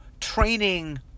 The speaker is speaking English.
training